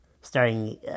starting